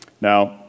Now